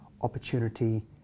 opportunity